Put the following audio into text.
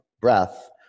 breath